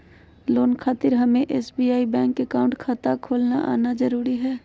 Loan खातिर हमें SBI bank account खाता खोल आना जरूरी है?